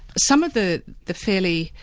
some of the the fairly,